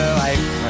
life